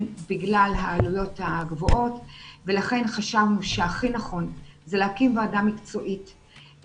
בגלל העלויות הגבוהות ולכן חשבנו שהכי נכון זה להקים ועדה מקצועית,